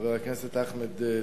חבר הכנסת אחמד טיבי,